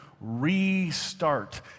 restart